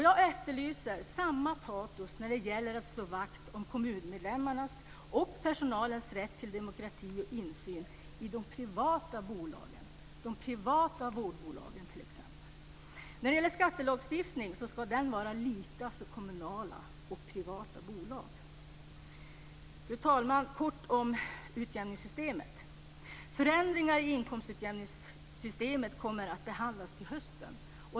Jag efterlyser samma patos när det gäller att slå vakt om kommunmedlemmarnas och personalens rätt till demokrati och insyn i de privata vårdbolagen. När det gäller skattelagstiftning ska den vara lika för kommunala och privata bolag. Fru talman! Jag ska säga något kort om utjämningssystemet. Förändringar i inkomstutjämningssystemet kommer att behandlas till hösten.